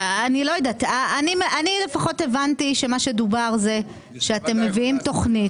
אני הבנתי שדובר על כך שאתם מביאים תכנית